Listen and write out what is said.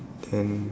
then